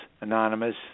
Anonymous